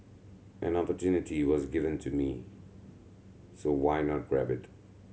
an opportunity was given to me so why not grab it